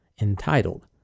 entitled